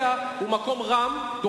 הוא כיסא רם,